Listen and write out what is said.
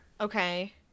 Okay